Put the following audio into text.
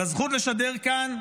על הזכות לשדר כאן.